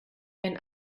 wenn